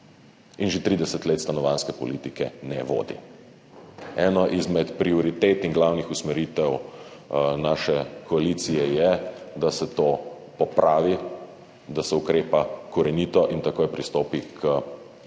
in že 30 let stanovanjske politike ne vodi. Ena izmed prioritet in glavnih usmeritev naše koalicije je, da se to popravi, da se ukrepa korenito in takoj pristopi k